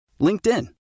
LinkedIn